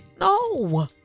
No